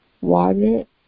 water